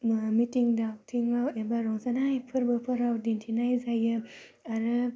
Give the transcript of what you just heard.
meeting दावथिङाव एबा रंजानाय फोरबोफोराव दिन्थिनाय जायो आरो